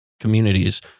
communities